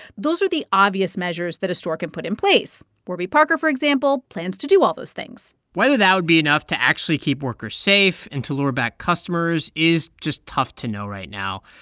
those are the obvious measures that a store can put in place. warby parker, for example, plans to do all those things whether that would be enough to actually keep workers safe and to lure back customers is just tough to know right now.